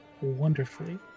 wonderfully